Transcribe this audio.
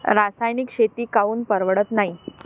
रासायनिक शेती काऊन परवडत नाई?